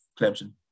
Clemson